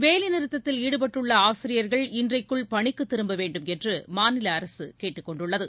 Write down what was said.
வேலைநிறுத்தத்தில் ஈடுபட்டுள்ள ஆசீரியர்கள் இன்றைக்குள் பணிக்கு திரும்ப வேண்டும் என்று மாநில அரசு கேட்டுக் கொண்டுள்ளது